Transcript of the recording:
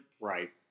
Right